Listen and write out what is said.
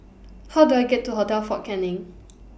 How Do I get to Hotel Fort Canning